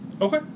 Okay